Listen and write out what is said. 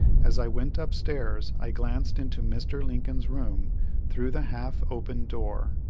as i went up-stairs i glanced into mr. lincoln's room through the half-open door,